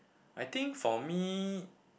I think for me